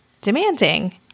demanding